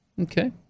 Okay